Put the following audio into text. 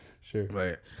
Sure